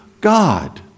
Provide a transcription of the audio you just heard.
God